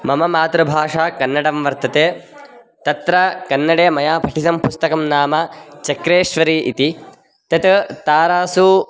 मम मातृभाषा कन्नडं वर्तते तत्र कन्नडे मया पठितं पुस्तकं नाम चक्रेश्वरी इति तत् तारासु